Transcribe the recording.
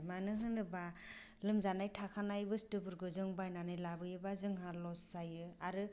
मानो होनोबा लोमजानाय थाखानाय बुस्थुफोरखौ जों बायनानै लाबोयोबा जोंहा लस जायो आरो